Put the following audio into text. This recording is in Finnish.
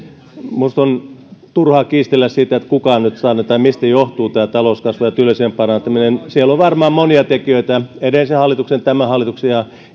minusta on turhaa kiistellä siitä kuka on nyt saanut aikaan tämän tai mistä johtuu tämä talouskasvu ja työllisyyden parantuminen siinä on varmaan monia tekijöitä edellisen hallituksen tämän hallituksen ja